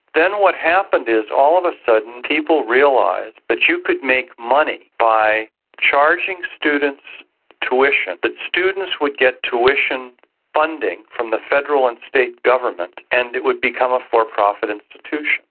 then what happened is all of a sudden people realised that but you could make money by charging students tuition, that students would get tuition funding from the federal and state governments and it would become a for-profit institution.